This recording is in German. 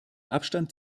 abstand